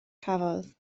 cafodd